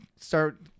start